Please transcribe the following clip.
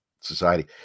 society